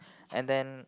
and then